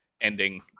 ending